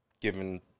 given